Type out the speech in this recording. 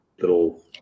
little